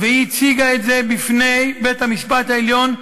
והיא הציגה את זה בפני בית-המשפט העליון,